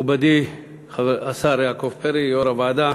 מכובדי השר יעקב פרי, יושב-ראש הוועדה,